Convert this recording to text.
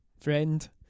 friend